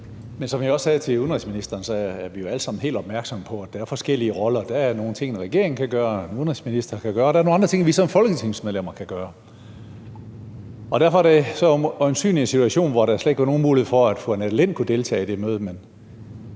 (SF): Som jeg også sagde til udenrigsministeren, er vi jo alle sammen helt opmærksomme på, at der er forskellige roller. Der er nogle ting, en regering kan gøre og en udenrigsminister kan gøre, og der er nogle andre ting, vi som folketingsmedlemmer kan gøre. Derfor var det øjensynlig en situation, hvor der slet ikke var nogen mulighed for, at fru Annette Lind kunne deltage i det møde,